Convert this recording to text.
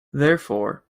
therefore